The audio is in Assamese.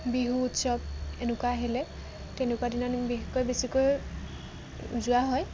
বিহু উৎসৱ এনেকুৱা আহিলে তেনেকুৱা দিনা বিশেষকৈ বেছিকৈ যোৱা হয়